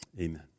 Amen